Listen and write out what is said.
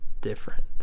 different